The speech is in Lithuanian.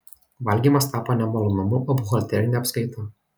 valgymas tapo ne malonumu o buhalterine apskaita